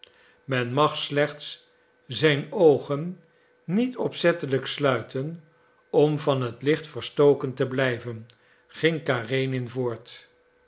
men mag slechts zijn oogen niet opzettelijk sluiten om van het licht verstoken te blijven ging karenin voort